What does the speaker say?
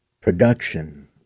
production